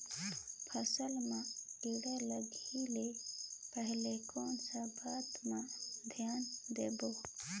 फसल मां किड़ा लगे ले पहले कोन सा बाता मां धियान देबो?